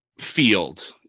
field